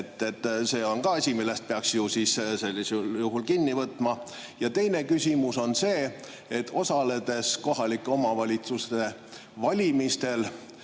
See on ka asi, millest peaks ju sellisel juhul kinni võtma. Ja teine küsimus on see. Osaledes kohalike omavalitsuste valimistel,